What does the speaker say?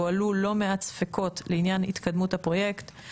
הועלו לא מעט ספקות לעניין התקדמות הפרויקט.